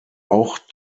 auch